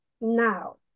now